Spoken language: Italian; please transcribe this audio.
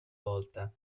volta